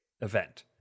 event